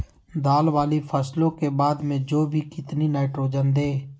दाल वाली फसलों के बाद में जौ में कितनी नाइट्रोजन दें?